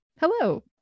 Hello